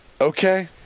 okay